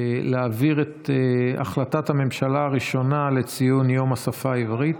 להעביר את החלטת הממשלה הראשונה לציון יום השפה העברית.